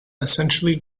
essentially